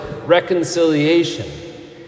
reconciliation